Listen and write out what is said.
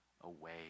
away